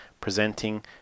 presenting